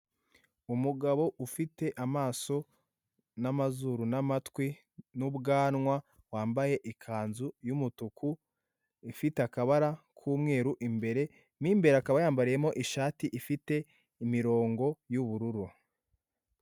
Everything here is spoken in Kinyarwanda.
Umugabo ufite amaso, n'amazuru n'amatwi, n'ubwanwa, wambaye ikanzu y'umutuku ifite akabara k'umweru imbere, mu imbe akaba yambariyemo ishati ifite imirongo y'ubururu.